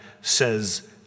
says